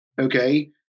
okay